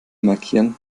markieren